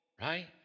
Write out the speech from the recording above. right